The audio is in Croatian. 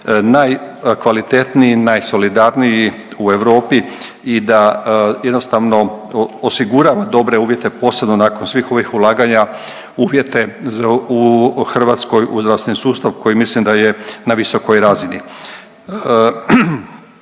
najkvalitetniji i najsolidarniji u Europi i da jednostavno osigurava dobre uvjete, posebno nakon svih ovih ulaganja, uvjete u Hrvatskoj u zdravstveni sustav koji mislim da je na visokoj razini.